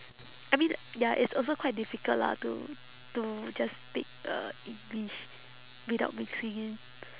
I mean ya it's also quite difficult lah to to just speak uh english without mixing in